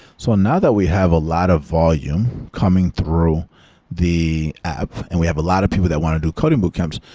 so now that we have a lot of volume coming through the app and we have a lot of people that want to do coding boot camps,